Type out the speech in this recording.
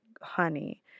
honey